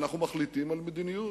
אנחנו מחליטים על מדיניות.